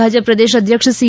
ભાજપ પ્રદેશ અધ્યક્ષ સી